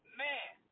man